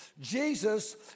Jesus